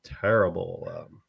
terrible